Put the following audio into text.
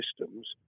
systems